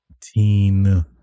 teen